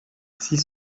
six